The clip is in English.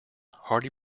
hardy